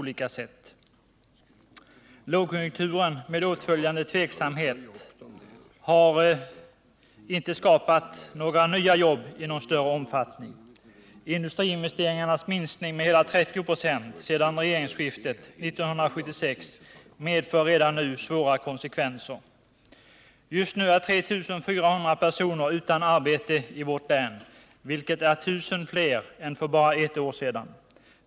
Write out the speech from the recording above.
Lågkonjunkturen med åtföljande tveksamhet har inte skapat några nya jobb i någon större omfattning. Industriinvesteringarnas minskning med hela 30 26 sedan regeringsskiftet 1976 medför redan nu svåra konsekvenser. Just nu är 3 400 personer utan arbete i vårt län, vilket är I 000 fler än för bara ett år sedan.